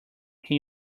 can